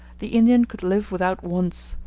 the indian could live without wants,